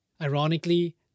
Ironically